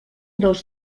dos